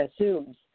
assumes